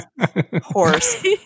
horse